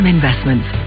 Investments